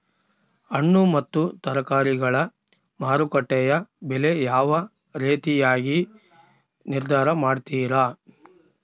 ಹಣ್ಣು ಮತ್ತು ತರಕಾರಿಗಳ ಮಾರುಕಟ್ಟೆಯ ಬೆಲೆ ಯಾವ ರೇತಿಯಾಗಿ ನಿರ್ಧಾರ ಮಾಡ್ತಿರಾ?